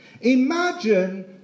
Imagine